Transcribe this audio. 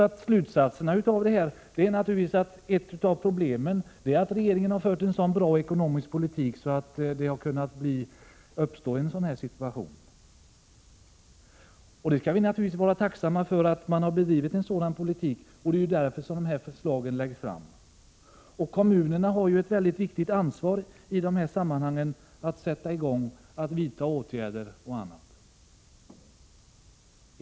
Men huvudanledningen till den uppkommna situationen är alltså att regeringen har fört en god ekonomisk politik. Vi skall naturligtvis vara tacksamma för att en sådan politik har bedrivits. Det är också därför som förslagen läggs fram. I detta sammanhang har även kommunerna ett mycket stort ansvar för att åtgärder vidtas.